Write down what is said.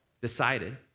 decided